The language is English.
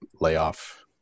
layoff